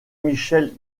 michel